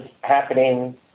happening